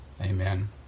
Amen